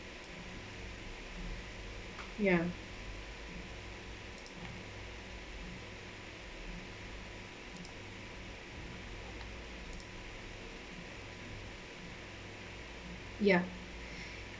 ya ya